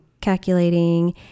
calculating